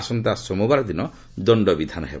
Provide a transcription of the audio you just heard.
ଆସନ୍ତା ସୋମବାର ଦିନ ଦଣ୍ଡ ବିଧାନ ହେବ